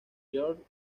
george